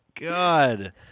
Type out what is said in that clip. God